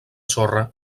sorra